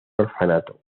orfanato